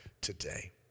today